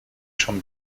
schon